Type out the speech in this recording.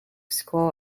school